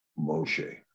Moshe